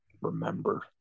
remember